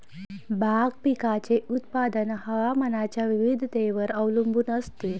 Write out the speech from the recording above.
भाग पिकाचे उत्पादन हवामानाच्या विविधतेवर अवलंबून असते